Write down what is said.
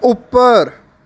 ਉੱਪਰ